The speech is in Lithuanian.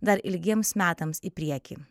dar ilgiems metams į priekį